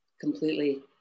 completely